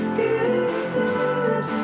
good